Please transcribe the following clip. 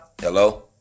Hello